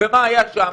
ומה היה שם?